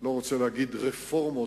לא רוצה להגיד רפורמות,